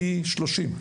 פי 33,